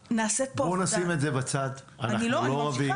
בואו נשים את זה בצד, אנחנו לא רבים.